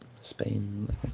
Spain